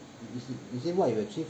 you see you see what you have achieved